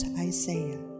Isaiah